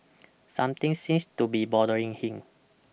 Something seems to be bothering him